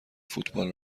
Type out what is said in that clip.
فوتبال